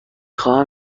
خواهم